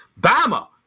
Bama